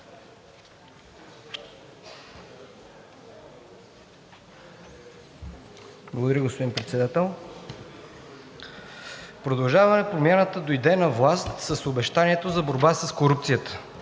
Благодаря, господин Председател. „Продължаваме Промяната“ дойде на власт с обещанието за борба с корупцията,